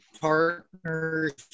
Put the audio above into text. partners